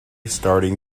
starting